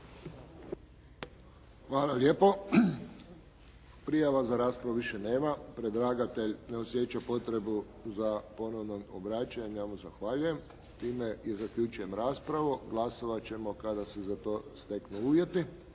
Hvala lijepo. Prijava za raspravu više nema. Predlagatelj ne osjeća potrebu za ponovnim obraćanjem, ja mu zahvaljujem. Time i zaključujem raspravu. Glasovati ćemo kada se za to steknu uvjeti.